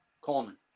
Coleman